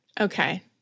Okay